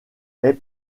est